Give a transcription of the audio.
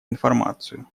информацию